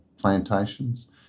plantations